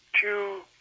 two